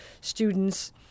students